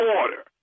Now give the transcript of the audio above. order